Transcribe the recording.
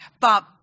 Bob